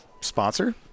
sponsor